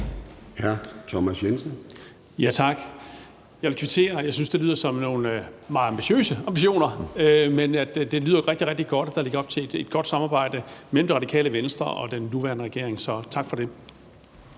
18:04 Thomas Jensen (S): Tak. Det vil jeg gerne kvittere for. Jeg synes, det lyder som nogle meget store ambitioner, men det lyder rigtig, rigtig godt, at der lægges op til et godt samarbejde mellem Radikale Venstre og den nuværende regering. Så tak for det.